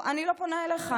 אני לא פונה אליך,